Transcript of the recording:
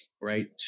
right